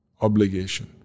obligation